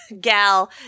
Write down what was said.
gal